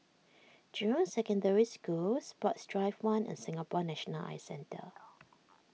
Jurong Secondary School Sports Drive one and Singapore National Eye Centre